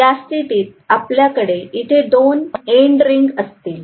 या स्थितीत आपल्याकडे इथे 2 एंड रिंग असतील